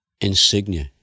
insignia